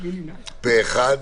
אחד.